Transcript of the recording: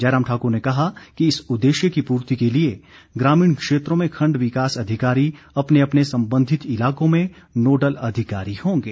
जयराम ठाक्र ने कहा कि इस उद्देश्य की पूर्ति के लिए ग्रामीण क्षेत्रों में खंड विकास अधिकारी अपने अपने संबंधित इलाकों में नोडल अधिकारी होंगे